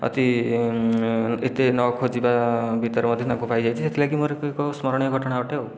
ଅତି ଏତେ ନଖୋଜିବା ଭିତରେ ମଧ୍ୟ ତାଙ୍କୁ ପାଇଯାଇଛି ସେଥିଲାଗି ମୋର ଏକ ଏକ ସ୍ମରଣୀୟ ଘଟଣା ଅଟେ ଆଉ